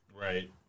Right